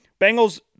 Bengals